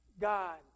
God